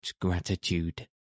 gratitude